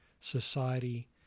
society